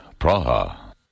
Praha